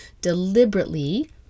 deliberately